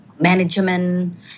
management